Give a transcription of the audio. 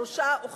שלושה או חמישה.